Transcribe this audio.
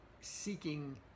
seeking